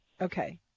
okay